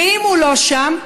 ואם הוא לא שם,